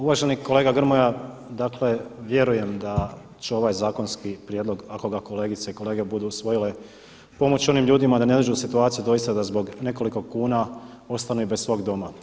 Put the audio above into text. Uvaženi kolega Grmoja dakle vjerujem da će ovaj zakonski prijedlog ako ga kolegice i kolege budu usvojile pomoć onim ljudima da ne dođu u situaciju doista da zbog nekoliko kuna ostanu i bez svog doma.